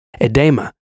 Edema